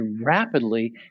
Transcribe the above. rapidly